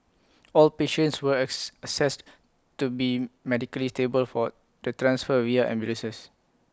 all patients were as assessed to be medically stable for the transfer via ambulances